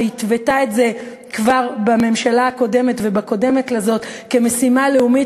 שהתוותה את זה כבר בממשלה הקודמת ובקודמת לזאת כמשימה לאומית,